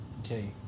Okay